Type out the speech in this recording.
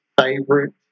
favorite